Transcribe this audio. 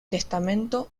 testamento